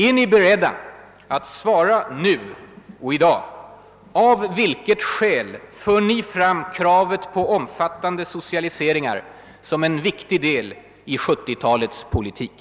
Är ni beredda att svara nu och i dag av vilka skäl ni för fram kravet på omfattande socialiseringar som en viktig del i 70-talets politik?